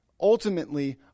ultimately